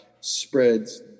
spreads